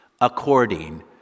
according